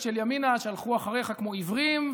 של ימינה שהלכו אחריך כמו עיוורים,